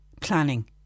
planning